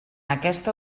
aquesta